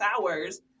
hours